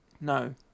no